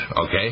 Okay